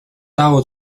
out